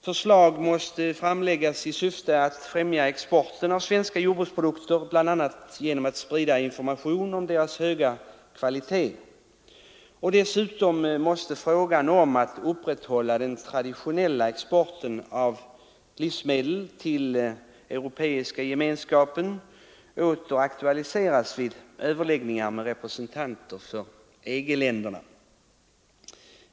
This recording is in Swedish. Förslag måste framläggas i syfte att främja exporten av svenska jordbruksprodukter bl.a. genom information om deras höga kvalitet. Dessutom måste frågan om att upprätthålla den traditionella exporten av livsmedel till den europeiska gemenskapen åter aktualiseras vid överläggningar med representanter för EG-länderna.